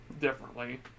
differently